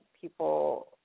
people